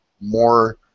more